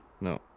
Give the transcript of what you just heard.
No